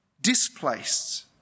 displaced